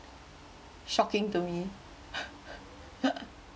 shocking to me